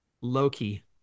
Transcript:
Loki